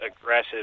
aggressive